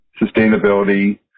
sustainability